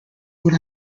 what